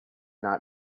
not